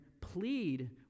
plead